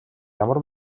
ямар